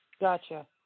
Gotcha